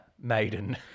maiden